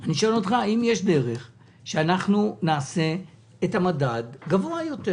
אני שואל אותך האם יש דרך לעשות את המדד גבוה יותר